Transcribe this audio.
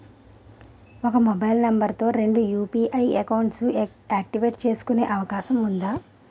ఒక mobile number తో రెండు యు.పి.ఐ అకౌంట్స్ యాక్టివేట్ చేసుకునే అవకాశం వుందా?